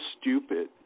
stupid